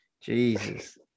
jesus